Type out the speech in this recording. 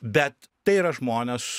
bet tai yra žmonės